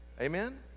amen